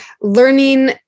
learning